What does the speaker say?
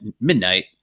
midnight